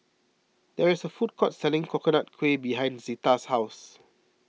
there is a food court selling Coconut Kuih behind Zita's house